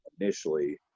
initially